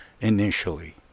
initially